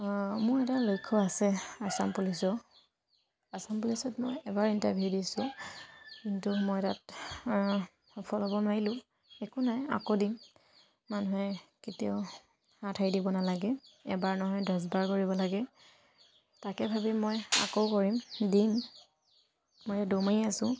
মোৰ এটা লক্ষ্য আছে আচাম পুলিচৰ আসাম পুলিচত মই এবাৰ ইণ্টাৰভিউ দিছোঁ কিন্তু মই তাত সফল হ'ব নোৱাৰিলোঁ একো নাই আকৌ দিম মানুহে কেতিয়াও হাত সাৰি দিব নালাগে এবাৰ নহয় দহবাৰ কৰিব লাগে তাকে ভাবি মই আকৌ কৰিম দিম মই দৌৰ মাৰি আছো